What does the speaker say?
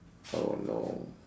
oh no